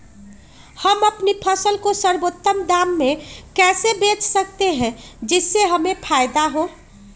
हम अपनी फसल को सर्वोत्तम दाम में कैसे बेच सकते हैं जिससे हमें फायदा हो?